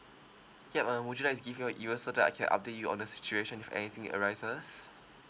ya um would you like to give your email so that I can update you on the situation if anything arises